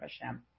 Hashem